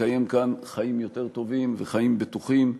לקיים כאן חיים יותר טובים וחיים בטוחים.